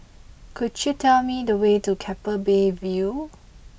could you tell me the way to Keppel Bay View